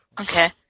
Okay